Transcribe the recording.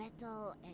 metal